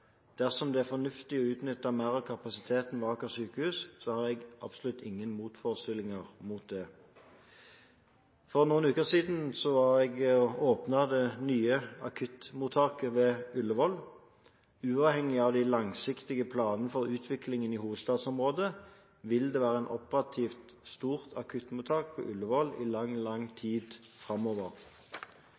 Dersom det er fornuftig å utnytte mer av kapasiteten ved Aker sykehus, har jeg absolutt ingen motforestillinger mot det. For noen uker siden åpnet jeg det nye akuttmottaket ved Ullevål. Uavhengig av de langsiktige planene for utviklingen i hovedstadsområdet, vil det være et operativt og stort akuttmottak på Ullevål i lang tid framover.